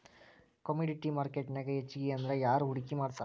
Commodity ಮಾರ್ಕೆಟ್ನ್ಯಾಗ್ ಹೆಚ್ಗಿಅಂದ್ರ ಯಾರ್ ಹೂಡ್ಕಿ ಮಾಡ್ತಾರ?